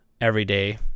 everyday